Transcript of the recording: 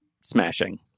smashing